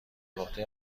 عهده